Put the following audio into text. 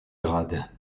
grade